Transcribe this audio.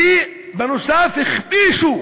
ובנוסף הכפישו